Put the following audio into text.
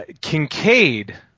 Kincaid